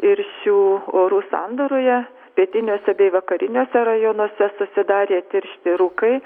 ir šių orų sandūroje pietiniuose bei vakariniuose rajonuose susidarė tiršti rūkai